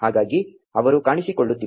ಹಾಗಾಗಿ ಅವರು ಕಾಣಿಸಿಕೊಳ್ಳುತ್ತಿಲ್ಲ